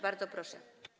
Bardzo proszę.